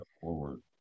forward